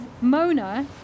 Mona